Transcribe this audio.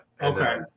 Okay